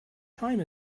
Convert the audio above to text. time